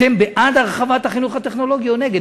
אתם בעד הרחבת החינוך הטכנולוגי או נגד?